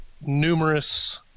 numerous